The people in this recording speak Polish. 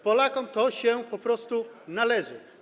Polakom to się po prostu należy.